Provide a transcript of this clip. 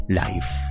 life